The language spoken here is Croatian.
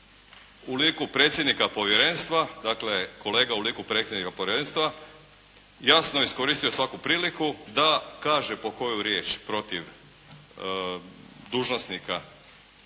u liku predsjednika povjerenstva, dakle kolega u liku predsjednika povjerenstva jasno iskoristio svaku priliku da kaže po koju riječ protiv dužnosnika,